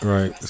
Right